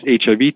HIV